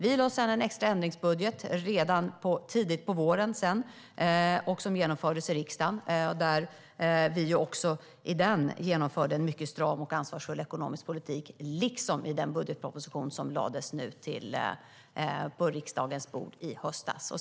Vi lade sedan fram en extra ändringsbudget redan tidigt på våren, och den beslutades i riksdagen. Också i den genomförde vi en mycket stram och ansvarsfull ekonomisk politik, liksom i den budgetproposition som lades på riksdagens bord i höstas.